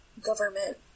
government